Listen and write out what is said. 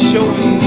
Showing